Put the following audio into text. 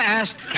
asked